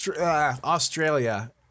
Australia